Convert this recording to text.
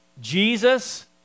Jesus